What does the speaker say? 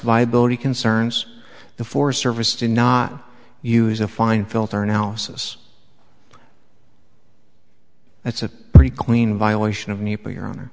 viability concerns the forest service to not use a fine filter analysis that's a pretty clean violation of nepa your honor